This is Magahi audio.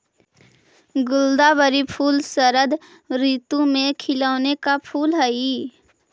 गुलदावरी फूल शरद ऋतु में खिलौने वाला फूल हई